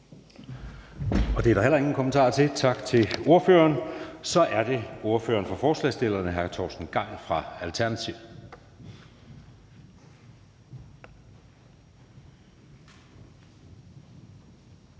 Det er der heller ingen kommentarer til. Tak til ordføreren. Så er det ordfører for forslagsstillerne hr. Torsten Gejl fra Alternativet.